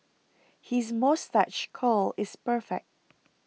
his moustache curl is perfect